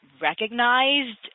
recognized